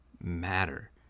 matter